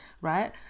right